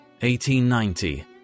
1890